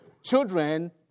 Children